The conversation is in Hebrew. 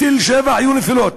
בתל-שבע היו נפילות,